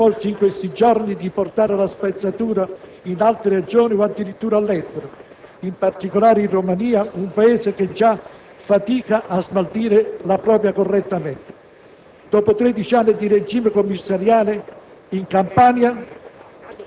Non servono, per tornare alla normalità, gli *escamotages,* riproposti in questi giorni, di portare la spazzatura in altre Regioni o addirittura all'estero, in particolare in Romania, un Paese che già fatica a smaltire la propria correttamente.